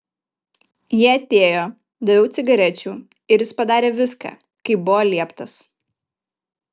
jie atėjo daviau cigarečių ir jis padarė viską kaip buvo lieptas